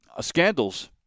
scandals